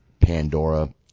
Pandora